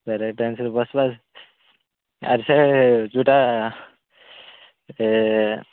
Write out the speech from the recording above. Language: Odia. ବ୍ରେକ୍ ଡ୍ୟାନ୍ସରେ ବସିବା ଆରେ ସେ ଯୋଉଟା